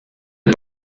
del